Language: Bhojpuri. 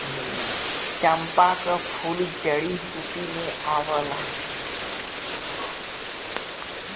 चंपा क फूल जड़ी बूटी में आवला